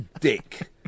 dick